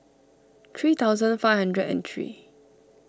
three thousand five hundred and three